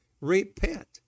Repent